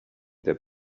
their